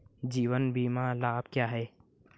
जीवन बीमा लाभ क्या हैं?